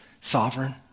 sovereign